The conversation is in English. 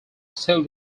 still